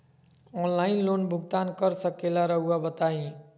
Online loan भुगतान कर सकेला राउआ बताई?